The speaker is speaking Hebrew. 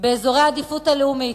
באזורי העדיפות הלאומית.